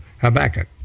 Habakkuk